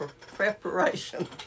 preparation